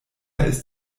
ist